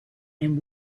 and